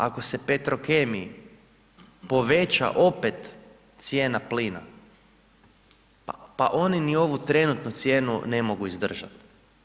Ako se petrokemiji poveća opet cijena plina, pa oni ni ovu trenutnu cijenu ne mogu izdržati.